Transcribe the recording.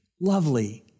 Lovely